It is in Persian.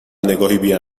نگاهی